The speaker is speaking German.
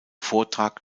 vortrag